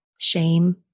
shame